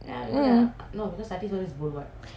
நம்ம:namma bowl ல சாப்ட தேவேயில்லை:le saapde theveillai lah